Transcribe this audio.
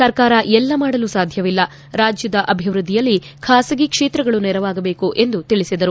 ಸರ್ಕಾರ ಎಲ್ಲ ಮಾಡಲು ಸಾಧ್ಯವಿಲ್ಲ ರಾಜ್ಯದ ಅಭಿವೃದ್ಧಿಯಲ್ಲಿ ಖಾಸಗಿ ಕ್ಷೇತ್ರಗಳು ನೆರವಾಗಬೇಕು ಎಂದು ತಿಳಿಸಿದರು